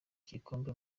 kibonke